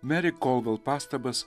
meri kolvel pastabas